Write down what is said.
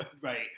Right